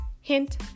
Hint